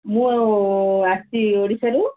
ମୁଁ ଆସିଛି ଓଡ଼ିଶାରୁ